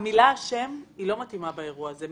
המילה "אשם" לא מתאימה באירוע הזה,